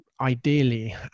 ideally